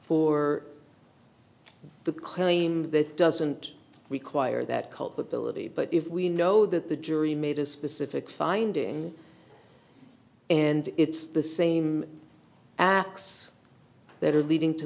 for the claim that doesn't require that culpability but if we know that the jury made a specific finding and it's the same acts that are leading to